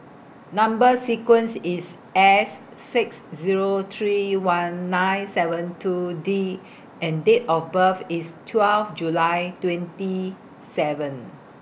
Number sequence IS S six Zero three one nine seven two D and Date of birth IS twelve July twenty seven